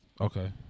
Okay